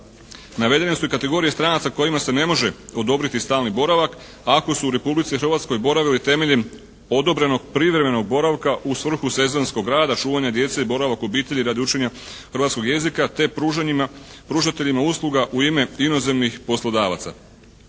Navedene su i kategorije stranaca kojima se ne može odobriti stalni boravak ako su u Republici Hrvatskoj boravili temeljem odobrenog privremenog boravka u svrhu sezonskog rada, čuvanja djece i boravak u obitelji radi učenja hrvatskog jezika te pružateljima usluga u ime inozemnih poslodavaca.